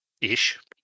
Ish